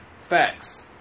facts